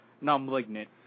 non-malignant